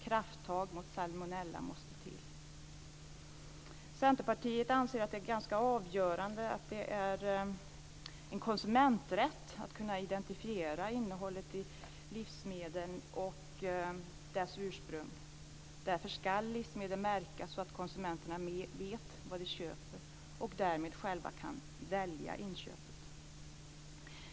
Krafttag mot salmonella måste till. Centerpartiet anser att det är avgörande att det är en konsumenträtt att kunna identifiera innehållet i livsmedlen och deras ursprung. Därför ska livsmedel märkas så att konsumenterna vet vad de köper. Därmed kan de själva välja vid inköpet.